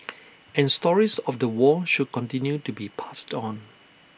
and stories of the war should continue to be passed on